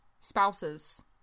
spouses